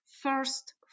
first